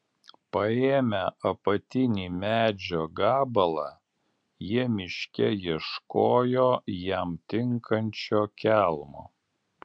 paėmę apatinį medžio gabalą jie miške ieškojo jam tinkančio kelmo